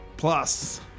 Plus